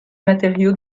matériaux